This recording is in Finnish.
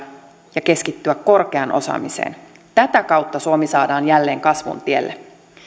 ja keskittyä korkeaan osaamiseen tätä kautta suomi saadaan jälleen kasvun tielle